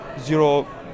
zero